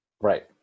Right